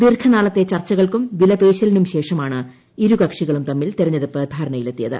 ദീർഘനാളത്തെ ചർച്ചകൾക്കും വിലപേശലിനും ശേഷമാണ് ഇരു കക്ഷികളും തമ്മിൽ തിരഞ്ഞെടുപ്പ് ധാരണയിലെത്തിയത്